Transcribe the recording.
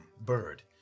bird